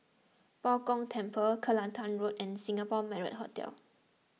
Bao Gong Temple Kelantan Road and Singapore Marriott Hotel